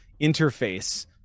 interface